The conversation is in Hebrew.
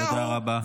תודה רבה.